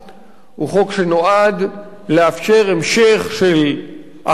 הוא חוק שנועד לאפשר המשך של הכפפה